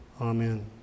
Amen